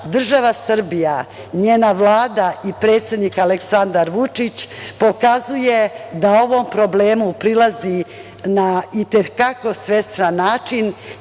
rata. Država Srbija, njena Vlada i predsednik Aleksandar Vučić pokazuje da ovom problemu prilazi na i te kako svestran način.